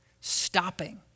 Stopping